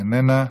איננה,